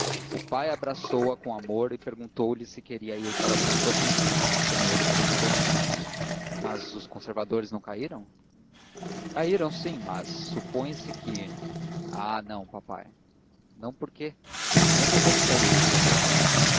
o pai abraçou-a com amor e perguntou-lhe se queria ir para alguma província sendo ele presidente mas os conservadores não caíram caíram sim mas supõe que ah não papai não por quê não desejo sair do rio de janeiro